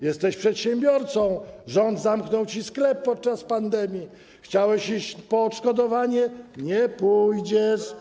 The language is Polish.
Jesteś przedsiębiorcą, rząd zamknął ci sklep podczas pandemii, chciałeś iść po odszkodowanie, nie pójdziesz.